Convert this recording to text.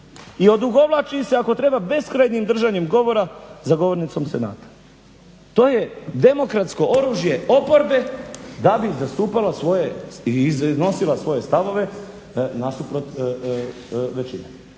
i odugovlači se ako treba beskrajnim držanjem govora za govornicom Senata. To je demokratsko oružje oporbe da bi zastupala i iznosila svoje stavove nasuprot većine